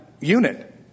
unit